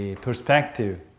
perspective